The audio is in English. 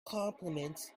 compliments